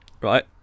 right